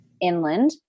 inland